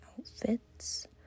outfits